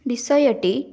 ବିଷୟଟି